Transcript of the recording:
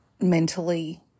mentally